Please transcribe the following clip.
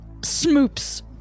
Smoops